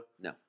No